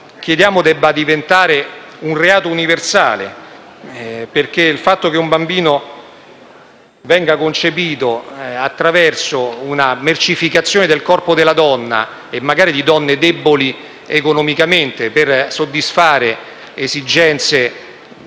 valori, dovrebbe diventare un reato universale perché il fatto che un bambino venga concepito attraverso una mercificazione del corpo della donna e magari di donne deboli economicamente per soddisfare le esigenze